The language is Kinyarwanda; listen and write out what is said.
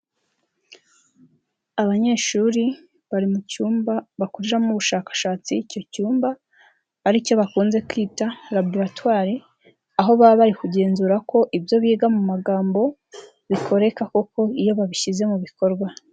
Abanyeshuri bari mu cyumba bakoreramo ubushakashatsi icyo cyumba aricyo bakunze kwita laboratware, aho baba bari kugenzura ko ibyo biga mu magambo, bikoreka koko iyo babishyize mu bikorwa.